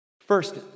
First